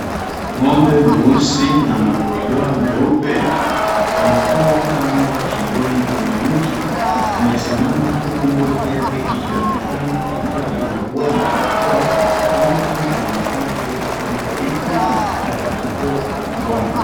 Ng'ombe mweusi na madoadoa meupe, amefungwa kamba shingoni na kwenye mti. Amesimama huku ngozi yake ikionekana ikiwa imeugua madoadoa. Ng'ombe huyu anaonekana pia kuwa mdhaifu wa afya kwa kuwa amekonda.